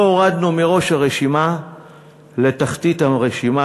אותו הורדנו מראש הרשימה לתחתית הרשימה,